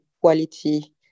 quality